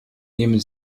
nehmen